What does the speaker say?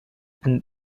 and